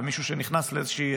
ומישהו שנכנס למשהו,